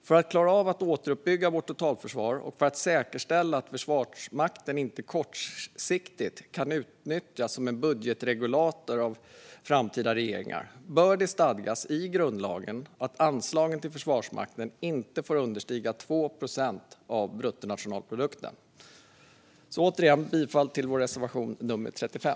För att klara av att återuppbygga vårt totalförsvar, och för att säkerställa att Försvarsmakten inte kortsiktigt kan utnyttjas som en budgetregulator av framtida regeringar, bör det stadgas i grundlagen att anslagen till Försvarsmakten inte får understiga 2 procent av bruttonationalprodukten. Jag yrkar återigen bifall till vår reservation nummer 35.